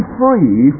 free